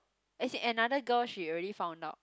as in another girl she already found out